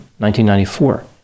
1994